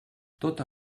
tota